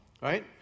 Right